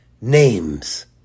names